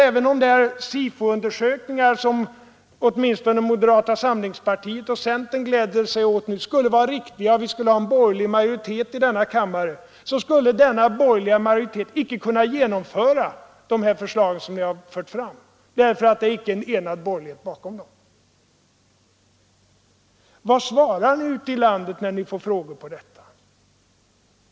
Även om de SIFO-undersökningar åtminstone moderata samlingspartiet och centern nu glädjer sig åt skulle vara riktiga och vi skulle få en borgerlig majoritet i denna kammare skulle alltså denna borgerliga majoritet inte kunna genomföra de förslag som ni fört fram, därför att det inte finns en enad borgerlighet bakom dem. Vad svarar ni ute i landet när ni får frågor på detta område?